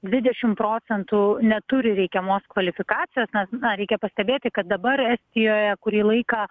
dvidešim procentų neturi reikiamos kvalifikacijos nas na reikia pastebėti kad dabar estijoje kurį laiką